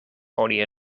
oni